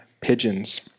pigeons